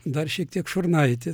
dar šiek tiek šurnaitė